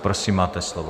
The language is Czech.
Prosím, máte slovo.